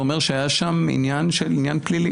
זה אומר שהיה שם עניין פלילי.